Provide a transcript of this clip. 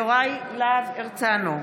יוראי להב הרצנו,